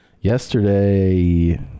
Yesterday